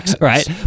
Right